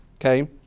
okay